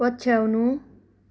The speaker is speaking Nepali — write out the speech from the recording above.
पछ्याउनु